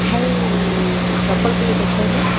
ଭାଇ ଚପଲ ଟିକେ ଦେଖାଇଲ